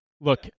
Look